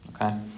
Okay